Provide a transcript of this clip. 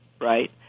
Right